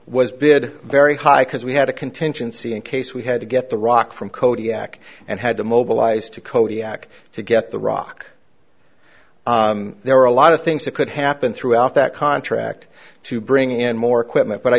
was bid very high cause we had a contingency in case we had to get the rock from kodiak and had to mobilize to kodiak to get the rock there are a lot of things that could happen throughout that contract to bring in more equipment but i